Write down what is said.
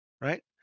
right